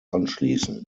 anschließen